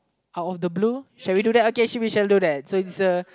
out of the blue shall we do that okay we shall do that